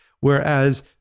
whereas